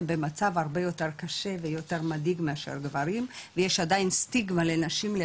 הן במצב הרבה יותר קשה ויותר מדאיג מאשר גברים ויש עדיין סטיגמה לנשים,